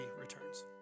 returns